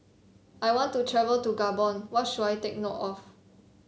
I want to travel to Gabon what should I take note of